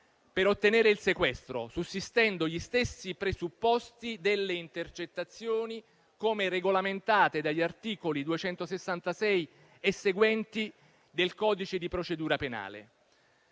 per ottenere il sequestro, sussistendo gli stessi presupposti delle intercettazioni come regolamentate dagli articoli 266 e seguenti del codice di procedura penale.